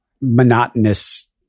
monotonous